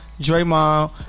Draymond